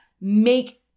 make